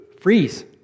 freeze